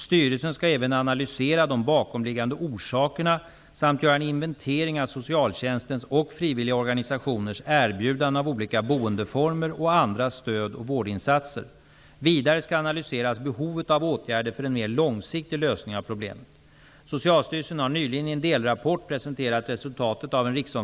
Styrelsen skall även analysera de bakomliggande orsakerna samt göra en inventering av socialtjänstens och frivilliga organisationers erbjudanden av olika boendeformer och andra stöd och vårdinsatser. Vidare skall analyseras behovet av åtgärder för en mer långsiktig lösning av problemet.